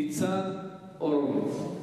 חבר הכנסת ניצן הורוביץ.